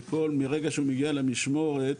מרגע שהוא מגיע למשמורת,